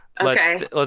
Okay